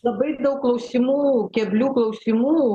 labai daug klausimų keblių klausimų